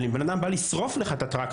אבל אם בן אדם בא לשרוף לך את הטרקטור,